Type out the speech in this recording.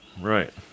Right